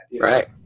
Right